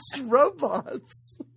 robots